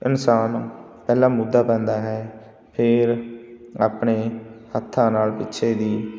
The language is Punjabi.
ਇਨਸਾਨ ਪਹਿਲਾਂ ਮੁੱਧਾ ਪੈਂਦਾ ਹੈ ਫੇਰ ਆਪਣੇ ਹੱਥਾਂ ਨਾਲ ਪਿੱਛੇ ਦੀ